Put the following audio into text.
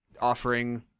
offering